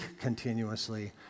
continuously